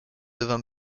devant